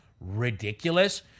ridiculous